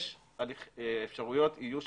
יש אפשרויות איוש